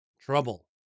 trouble